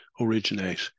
originate